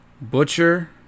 Butcher